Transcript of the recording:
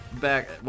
back